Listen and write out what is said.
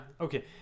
Okay